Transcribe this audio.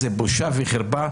זאת בושה וחרפה.